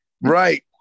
Right